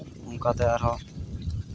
ᱚᱱᱠᱟᱛᱮ ᱟᱨᱦᱚᱸ